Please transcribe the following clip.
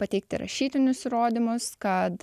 pateikti rašytinius įrodymus kad